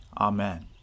Amen